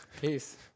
Peace